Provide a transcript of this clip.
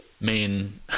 main